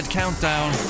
countdown